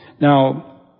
Now